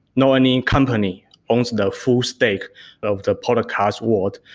not any company owns the full stake of the podcast world.